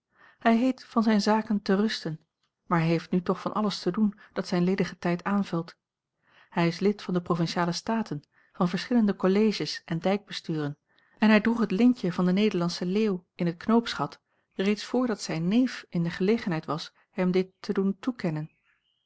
hij heet van zijne zaken te rusten maar hij heeft nu toch van alles te doen dat zijn ledigen tijd aanvult hij is lid van de provinciale staten van verschillende colleges en dijkbesturen en hij droeg het lintje van den nederlandschen leeuw in het knoopsgat reeds voordat zijn neef in de gelegenheid was hem dit te doen toekennen